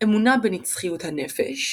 אמונה בנצחיות הנפש.